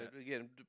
Again